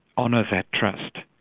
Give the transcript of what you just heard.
honour that trust.